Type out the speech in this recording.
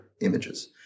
images